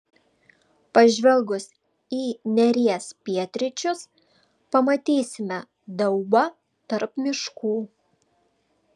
pažvelgus į neries pietryčius pamatysime daubą tarp miškų